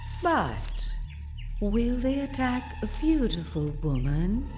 but will they attack a beautiful woman?